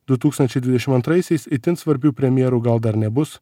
du tūkstančiai dvidešim antraisiais itin svarbių premjerų gal dar nebus